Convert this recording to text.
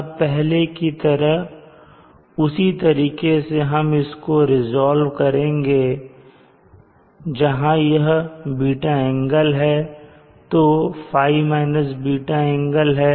अब पहले की तरह उसी तरीके से हम इसको रिजॉल्व करेंगे जहां यह ß एंगल है तो यह ϕ -ß एंगल है